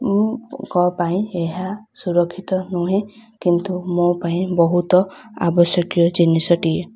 ମୁଁ ପାଇଁ ଏହା ସୁରକ୍ଷିତ ନୁହେଁ କିନ୍ତୁ ମୋ ପାଇଁ ବହୁତ ଆବଶ୍ୟକୀୟ ଜିନିଷଟିଏ